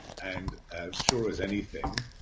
and sure as anything,